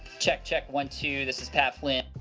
check, check, one two. this is pat flynn. yep,